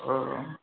ओ